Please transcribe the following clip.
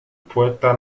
puerto